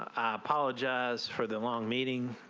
i apologize for the long meetin